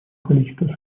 количество